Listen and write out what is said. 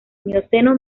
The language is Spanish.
mioceno